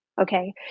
Okay